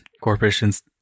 corporations